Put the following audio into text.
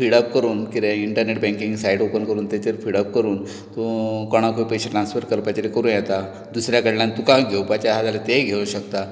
फिड अप करून कितें इन्टर्नेट बँकिंग सायट ओपन करून ताचेर फिड अप करून तूं कोंणांकूय पयशें ट्रैन्स्फर करपाचे तें करूं येता दुसऱ्या कडल्यान तुकां घेवपाचे आसा जाल्यार तेय घेवूं शकता